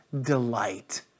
delight